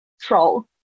troll